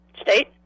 State